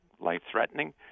life-threatening